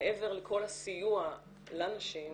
מעבר לכל הסיוע לנשים,